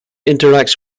interacts